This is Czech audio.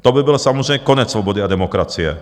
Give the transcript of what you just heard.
To by byl samozřejmě konec svobody a demokracie.